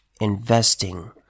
investing